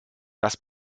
das